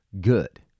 good